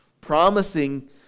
Promising